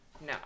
No